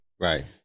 Right